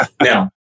Now